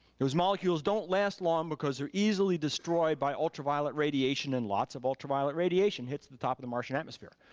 those molecules don't last long because they're easily destroyed by ultraviolet radiation and lots of ultraviolet radiation hits the top of the martian atmosphere.